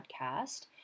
podcast